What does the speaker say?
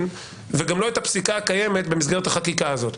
וגם לא את הפסיקה הקיימת במסגרת החקיקה הזאת.